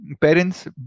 Parents